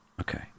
okay